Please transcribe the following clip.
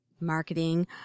marketing